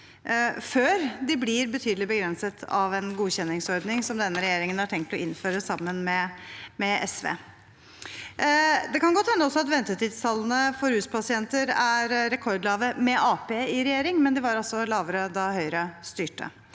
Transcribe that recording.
før de blir betydelig begrenset av en godkjenningsordning som denne regjeringen har tenkt å innføre sammen med SV. Det kan godt hende at ventetidstallene for ruspasienter er rekordlave med Arbeiderpartiet i regjering, men de var altså lavere da Høyre styrte